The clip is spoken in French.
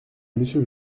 monsieur